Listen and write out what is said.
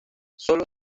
sólo